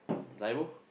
Zaibo